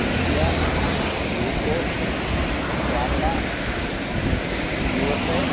India UK Canada USA